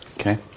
Okay